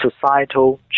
societal